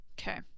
Okay